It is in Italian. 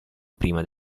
prima